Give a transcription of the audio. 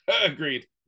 agreed